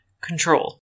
control